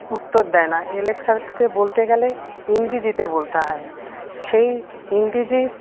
উত্তর দেয়না এলেক্সাকে বলতে গেলে ইংরিজিতে বলতে হয় সেই ইংরিজি